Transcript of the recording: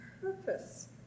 purpose